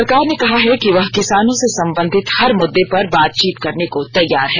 सरकार ने कहा है कि वह किसानों से संबंधित हर मुद्दे पर बातचीत करने को तैयार हैं